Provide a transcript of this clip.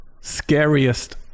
Scariest